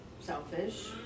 selfish